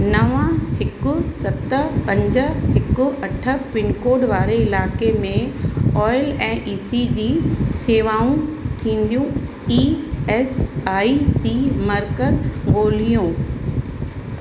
नव हिकु सत पंज हिक अठ पिनकोड वारे इलाइक़े में ऑयल ऐं ईसीजी सेवाऊं थींदियूं ई एस आई सी मर्कज़ ॻोल्हियो